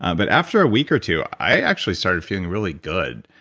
but after a week or two i actually started feeling really good.